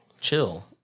chill